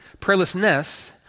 prayerlessness